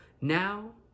now